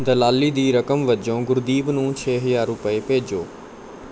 ਦਲਾਲੀ ਦੀ ਰਕਮ ਵਜੋਂ ਗੁਰਦੀਪ ਨੂੰ ਛੇ ਹਜ਼ਾਰ ਰੁਪਏ ਭੇਜੋ